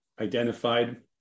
identified